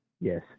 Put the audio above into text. Yes